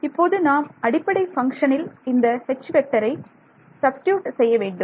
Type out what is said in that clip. இப்போது நாம் அடிப்படை பங்ஷனில் இந்த ஐ சப்ஸ்டிட்யூட் செய்ய வேண்டும்